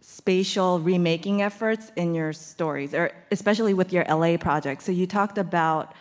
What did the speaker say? spatial remaking efforts in your stories or especially with your la project. so you talked about